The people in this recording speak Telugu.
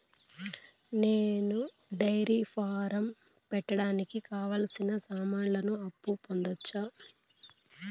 నేను డైరీ ఫారం పెట్టడానికి కావాల్సిన సామాన్లకు అప్పు పొందొచ్చా?